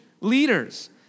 leaders